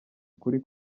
ukuri